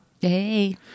hey